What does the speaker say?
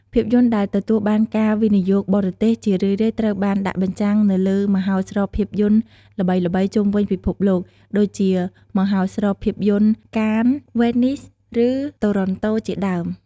ភាពយន្តដែលទទួលបានការវិនិយោគបរទេស ជារឿយៗត្រូវបានដាក់បញ្ចាំងនៅក្នុងមហោស្រពភាពយន្តល្បីៗជុំវិញពិភពលោក ដូចជាមហោស្រពភាពយន្ត កាន (Cannes), វ៉េននីស (Venice), ឬ តូរ៉នតូ (Toronto) ជាដើម។